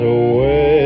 away